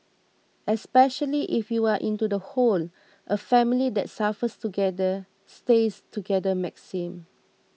especially if you are into the whole a family that suffers together stays together maxim